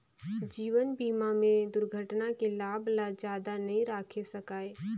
जीवन बीमा में दुरघटना के लाभ ल जादा नई राखे सकाये